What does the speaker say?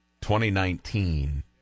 2019